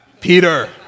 Peter